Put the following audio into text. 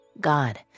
God